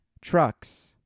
trucks